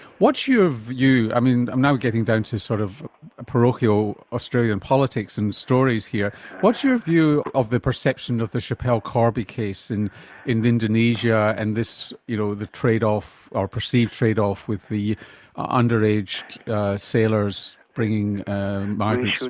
what's your view i mean i'm now getting down to sort of parochial australian politics and stories here what's your view of the perception of the schapelle corby case in in indonesia and you know the trade-off or perceived trade-off with the underage sailors bringing migrants?